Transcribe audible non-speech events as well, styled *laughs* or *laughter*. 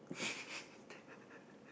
*laughs*